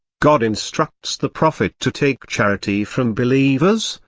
god instructs the prophet to take charity from believers,